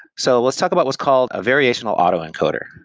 so let's talk about what's called a variational auto-encoder.